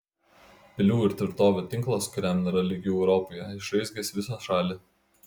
pilių ir tvirtovių tinklas kuriam nėra lygių europoje išraizgęs visą šalį